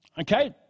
Okay